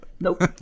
Nope